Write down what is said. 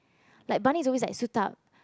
like Barney is always like suit up